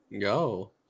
Go